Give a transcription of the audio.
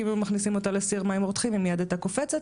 כי אם היו מכניסים אותה לסיר מים רותחים היא מיד הייתה קופצת,